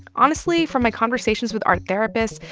honestly, from my conversations with art therapists,